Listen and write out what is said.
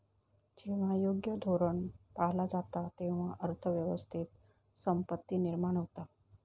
जेव्हा योग्य धोरण पाळला जाता, तेव्हा अर्थ व्यवस्थेत संपत्ती निर्माण होता